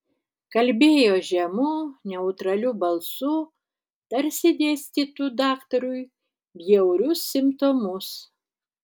kalbėjo žemu neutraliu balsu tarsi dėstytų daktarui bjaurius simptomus